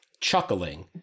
chuckling